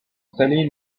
installé